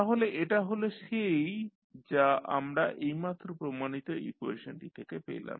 তাহলে এটা হল সেই যা আমরা এইমাত্র প্রমাণিত ইকুয়েশনটি থেকে পেলাম